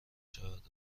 شود